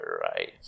right